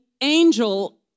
angel